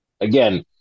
again